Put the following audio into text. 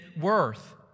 worth